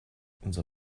unser